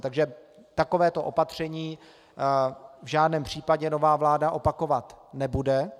Takže takovéto opatření v žádném případě nová vláda opakovat nebude.